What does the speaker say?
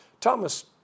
Thomas